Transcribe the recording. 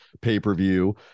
pay-per-view